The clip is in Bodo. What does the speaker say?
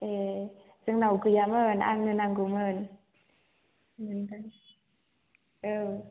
ए जोंनाव गैयामोन आंनो नांगौमोन औ